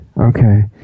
okay